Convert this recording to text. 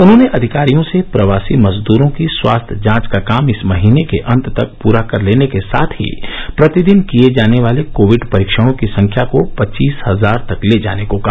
उन्होंने अधिकारियों से प्रवासी मजदूरों की स्वास्थ्य जांच का काम इस माह के अंत तक पूरा कर लेने के साथ ही प्रतिदिन किये जाने वाले कोविड परीक्षणॉ की संख्या को पच्चीस हजार तक ले जाने को कहा